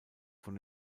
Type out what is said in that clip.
von